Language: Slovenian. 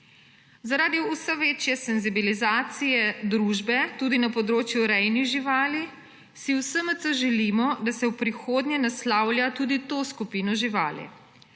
Zaradi vse večje senzibilizacije družbe tudi na področju rejnih živali si v SMC želimo, da se v prihodnje naslavlja tudi to skupino živali.